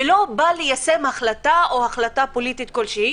ולא בא ליישם החלטה או החלטה פוליטית כלשהי,